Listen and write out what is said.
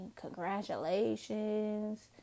congratulations